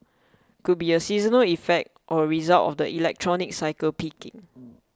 could be a seasonal effect or a result of the electronics cycle peaking